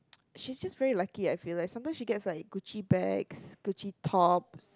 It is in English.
she's just very lucky I feel like sometimes she gets like Gucci bags Gucci tops